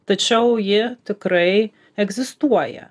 tačiau ji tikrai egzistuoja